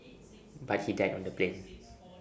but he died on the plane